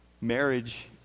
marriage